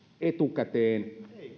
etukäteen